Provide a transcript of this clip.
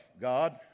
God